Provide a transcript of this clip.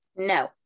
no